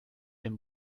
den